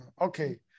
okay